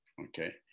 Okay